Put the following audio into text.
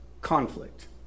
conflict